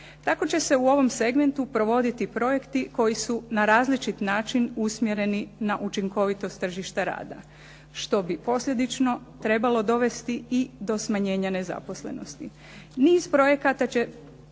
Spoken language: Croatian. Tako će se u ovom segmentu provoditi projekti koji su na različit način usmjereni na učinkovitost tržišta rada što bi posljedično trebalo dovesti i do smanjenja nezaposlenosti.